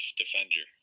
defender